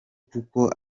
kuko